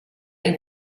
les